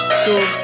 School